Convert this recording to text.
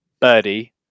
birdie